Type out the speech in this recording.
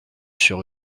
sur